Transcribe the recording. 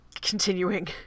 Continuing